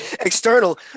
external